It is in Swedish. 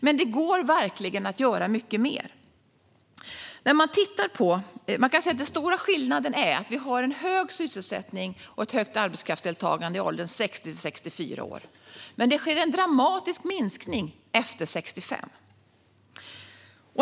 Men det går verkligen att göra mycket mer. Vi har en hög sysselsättning och ett högt arbetskraftsdeltagande i åldern 60-64 år, men det sker en dramatisk minskning efter 65.